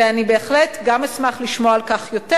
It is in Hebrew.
ואני בהחלט גם אשמח לשמוע על כך יותר